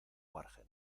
margen